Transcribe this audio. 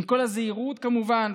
כמובן,